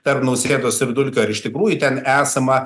tarp nausėdos ir dulkio ar iš tikrųjų ten esama